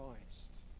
Christ